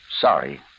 sorry